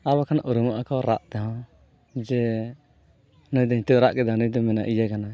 ᱟᱨ ᱵᱟᱝᱠᱷᱟᱱ ᱩᱨᱩᱢᱚᱜᱼᱟᱠᱚ ᱨᱟᱜ ᱛᱮᱦᱚᱸ ᱡᱮ ᱱᱩᱭᱫᱚ ᱱᱤᱛᱚᱜᱼᱮ ᱨᱟᱜ ᱠᱮᱫᱟᱭ ᱱᱩᱭᱫᱚᱢ ᱢᱮᱱᱟ ᱤᱭᱟᱹ ᱠᱟᱱᱟᱭ